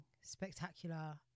spectacular